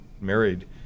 married